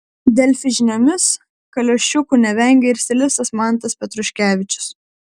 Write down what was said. delfi žiniomis kaliošiukų nevengia ir stilistas mantas petruškevičius